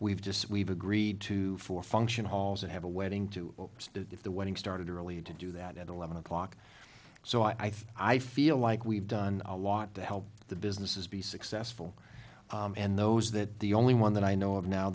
we've just we've agreed to four function halls and have a wedding to see if the wedding started early to do that at eleven o'clock so i think i feel like we've done a lot to help the businesses be successful and those that the only one that i know